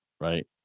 right